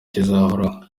kizahoraho